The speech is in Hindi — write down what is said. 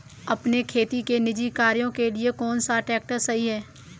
अपने खेती के निजी कार्यों के लिए कौन सा ट्रैक्टर सही है?